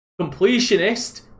completionist